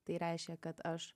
tai reiškia kad aš